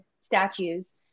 statues